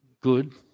good